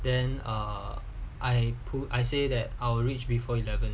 then err I put I say that I will reach before eleven